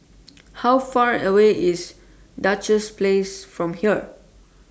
How Far away IS Duchess Place from here